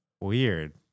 Weird